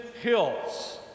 hills